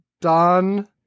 Done